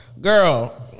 Girl